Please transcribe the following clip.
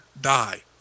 die